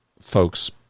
folks